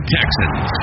Texans